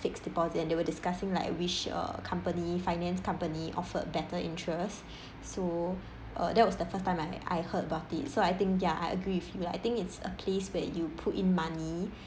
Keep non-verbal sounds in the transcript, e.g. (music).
fixed deposit and they were discussing like which uh company finance company offered better interest (breath) so uh that was the first time I I heard about it so I think ya I agree with you lah I think it's a place where you put in money